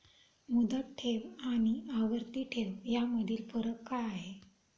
मुदत ठेव आणि आवर्ती ठेव यामधील फरक काय आहे?